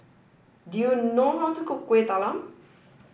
do you know how to cook Kuih Talam